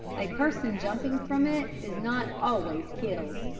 a person jumping from it is not always killed.